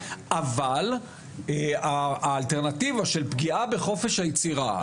אבל האלטרנטיבה של פגיעה בחופש היצירה,